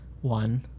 One